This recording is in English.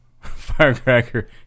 firecracker